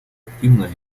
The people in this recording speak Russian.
активное